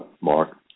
Mark